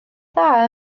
dda